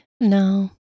No